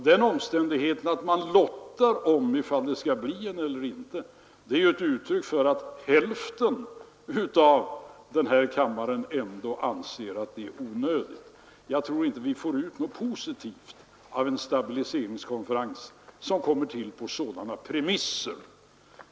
Den omständigheten att man lottar om det skall bli en konferens eller inte är ju ett uttryck för att hälften av denna kammare ändå anser att konferensen är onödig. Jag tror inte att vi får ut något positivt av en stabiliseringskonferens, som kommer till på sådana premisser.